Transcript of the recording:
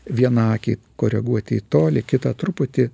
vieną akį koreguoti į tolį kitą truputį